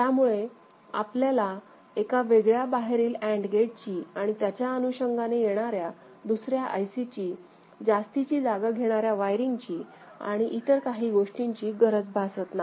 त्यामुळे आपल्याला एका वेगळ्या बाहेरील अँड गेटची आणि त्याच्या अनुषंगाने येणाऱ्या दुसऱ्या आयसी ची जास्तीची जागा घेणाऱ्या वायरिंगची आणि इतर काही गोष्टींची गरज भासत नाही